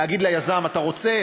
להגיד ליזם: אתה רוצה